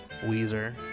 Weezer